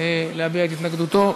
להביע את התנגדותו.